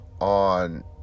on